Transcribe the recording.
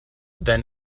than